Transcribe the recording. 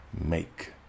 Make